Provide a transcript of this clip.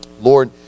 Lord